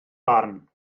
barn